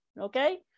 Okay